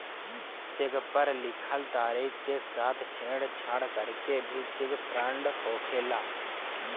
check पर लिखल तारीख के साथ छेड़छाड़ करके भी चेक फ्रॉड होखेला